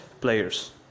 players